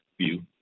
view